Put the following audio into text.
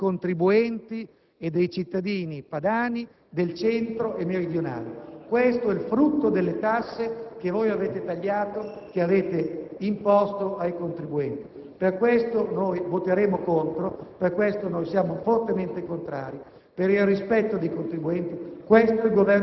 Il tesoretto è dei contribuenti e dei cittadini padani, del centro e meridionali, è il frutto delle tasse che avete tagliato e che avete imposto ai contribuenti. Per questo voteremo contro, per questo siamo fortemente contrari: